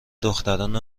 دختران